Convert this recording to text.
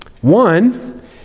One